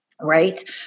Right